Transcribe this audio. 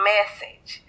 Message